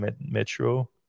Metro